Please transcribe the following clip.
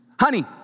Honey